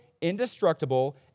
indestructible